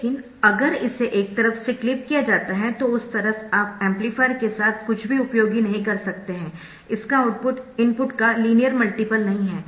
लेकिन अगर इसे एक तरफ से क्लिप किया जाता है तो उस तरफ आप एम्पलीफायर के साथ कुछ भी उपयोगी नहीं कर सकते है इसका आउटपुट इनपुट का लीनियर मल्टीपल नहीं है